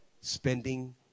Spending